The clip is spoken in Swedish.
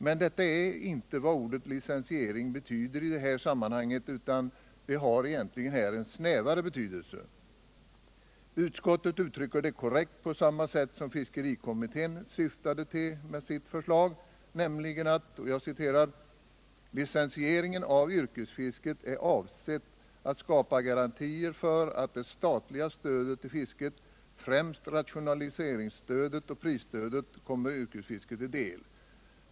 Men det är inte vad ordet licensiering betyder i detta sammanhang, utan det har egentligen här en snävare betydelse. Utskottet uttrycker detta korrekt när utskotsiet hänvisar till att fiskerikommitténs ”Tförslag till licensiering av yrkesfisket är avsett alt skapa garantier för att det statliga stödet till fisket, främst rationaliseringsstödet och prisstödet, kommer yrkesfisket till del.